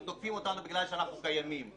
הם תוקפים אותנו בגלל שאנחנו קיימים.